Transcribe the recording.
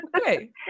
Okay